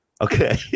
Okay